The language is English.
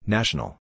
National